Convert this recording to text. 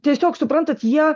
tiesiog suprantat jie